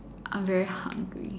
I'm very hungry